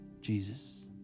Jesus